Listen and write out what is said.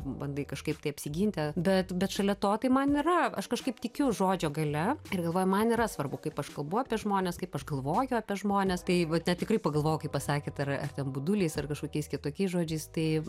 bandai kažkaip tai apsiginti bet bet šalia to tai man yra aš kažkaip tikiu žodžio galia ir galvoju man yra svarbu kaip aš kalbu apie žmones kaip aš galvoju apie žmones tai vat ne tikrai pagalvojau kai pasakėt ar ar ten buduliais ar kažkokiais kitokiais žodžiais tai